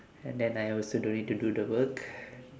and then I also don't need to do the work